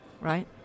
right